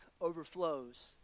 overflows